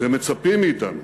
ומצפים מאתנו